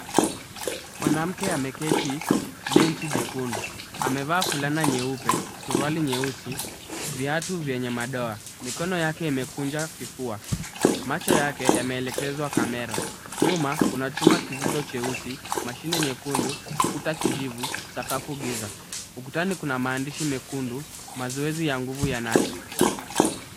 Mwanamke ameketi benchi jekundu. Amevaa fulana nyeupe, suruali nyeusi, viatu vyenye madoa mikono yake imekunja kifua. Macho yake yameelekezwa kamera. Nyuma, kuna chuma kizito cheusi, mashine nyekundu, kuta kijivu, sakafu giza. Ukutani kuna maandishi mekundu, mazoezi ya nguvu yanaashiriwa.